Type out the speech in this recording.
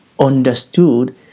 understood